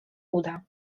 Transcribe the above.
uda